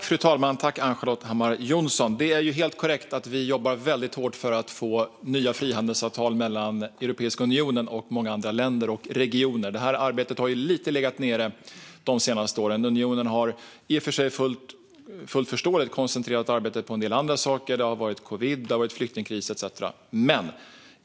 Fru talman! Det är helt korrekt att vi jobbar väldigt hårt för att få nya frihandelsavtal mellan Europeiska unionen och många andra länder och regioner. Det arbetet har ju lite legat nere de senaste åren. Unionen har, i och för sig fullt förståeligt, koncentrerat arbetet på en del andra saker. Det har varit covid, flyktingkris etcetera.